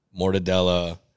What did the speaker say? mortadella